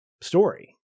story